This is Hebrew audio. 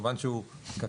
כמובן שהוא כתוב,